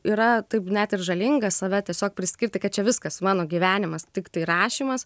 yra taip net ir žalinga save tiesiog priskirti kad čia viskas mano gyvenimas tiktai rašymas